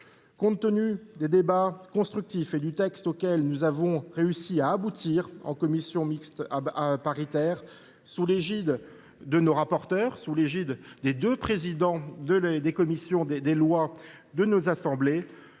Compte tenu des débats constructifs et du texte auquel nous avons abouti en commission mixte paritaire, sous l’égide de nos rapporteurs et des présidents des commissions des lois de l’Assemblée